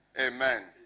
amen